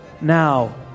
now